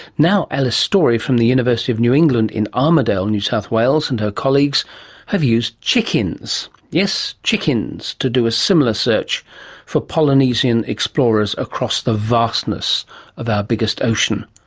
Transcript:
now alice storey from the university of new england in armidale, new south wales, and her colleagues have used chickens yes, chickens! to do a similar search for polynesian explorers across the vastness of our biggest ocean.